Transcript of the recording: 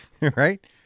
Right